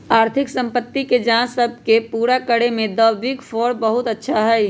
आर्थिक स्थिति के जांच सब के पूरा करे में द बिग फोर के बहुत अच्छा हई